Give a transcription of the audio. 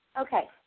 Okay